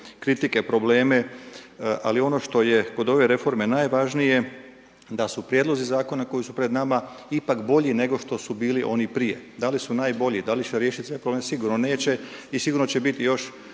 kritike, probleme. Ali ono što je kod ove reforme najvažnije, da su prijedlozi zakona koji su pred nama ipak bolji nego što su bili oni prije. Da li najbolji, da li će riješiti sve problem, sigurno neće i sigurno će biti još